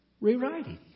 rewriting